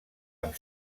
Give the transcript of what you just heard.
amb